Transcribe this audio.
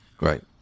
Right